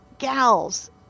Gals